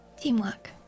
Teamwork